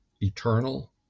eternal